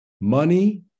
money